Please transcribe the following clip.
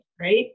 right